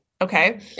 Okay